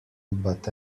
but